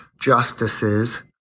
justices